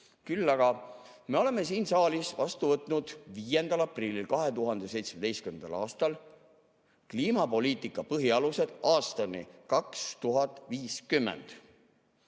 Küll aga me võtsime siin saalis vastu 5. aprillil 2017. aastal "Kliimapoliitika põhialused aastani 2050".